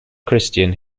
christian